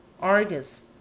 Argus